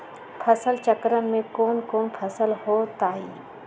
फसल चक्रण में कौन कौन फसल हो ताई?